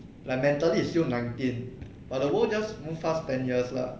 like mentally is still nineteen but the world just move past ten years lah